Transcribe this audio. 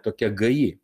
tokia gaji